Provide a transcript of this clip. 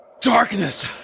darkness